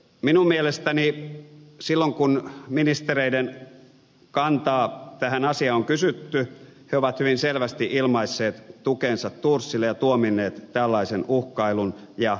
minun mielestäni silloin kun ministereiden kantaa tähän asiaan on kysytty he ovat hyvin selvästi ilmaisseet tukensa thorsille ja tuominneet tällaisen uhkailun ja herjaamisen